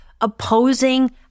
opposing